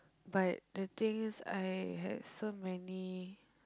but the thing is I had so many